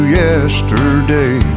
yesterday